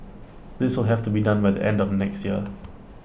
this will have to be done by the end of next year